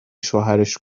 شوهرش